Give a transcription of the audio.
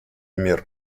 мер